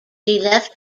left